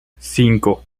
cinco